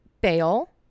bail